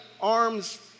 arm's